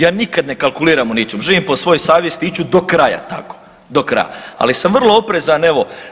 Ja nikad ne kalkuliram u ničemu, živim po svojoj savjesti iću do kraja tako, do kraja, ali sam vrlo oprezan evo.